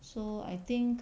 so I think